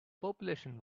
population